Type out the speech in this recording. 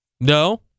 No